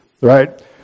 right